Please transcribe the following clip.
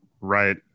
right